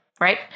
right